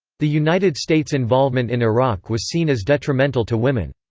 the united states' involvement in iraq was seen as detrimental to women.